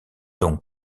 donc